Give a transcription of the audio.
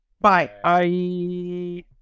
Bye